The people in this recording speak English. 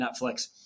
Netflix